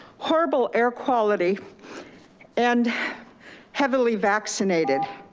horrible air quality and heavily vaccinated.